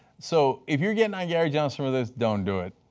so if you are getting on gary johnson for this, don't do it.